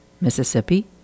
Mississippi